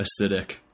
acidic